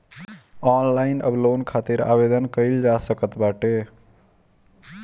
online अब loan खातिर आवेदन कईल जा सकत बाटे